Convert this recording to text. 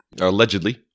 allegedly